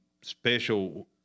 special